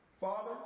Father